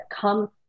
come